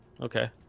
Okay